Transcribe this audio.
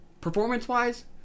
Performance-wise